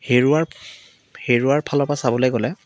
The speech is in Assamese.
হেৰুৱাৰ হেৰুৱাৰ ফালৰ পৰা চাবলৈ গ'লে